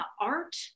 art